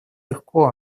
легко